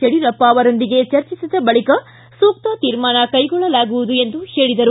ಯಡಿಯೂರಪ್ಪ ಅವರೊಂದಿಗೆ ಚರ್ಚಿಸಿದ ಬಳಕ ಸೂಕ್ತ ತೀರ್ಮಾನ ಕೈಗೊಳ್ಳಲಾಗುವುದು ಎಂದರು